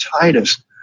titus